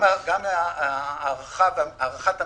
גם הארכת המתווה,